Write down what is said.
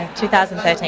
2013